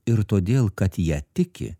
ir todėl kad ja tiki